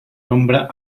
nombre